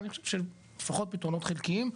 אבל אני חושב שלפחות פתרונות חלקיים.